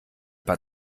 paar